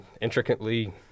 intricately